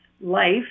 life